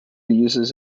uses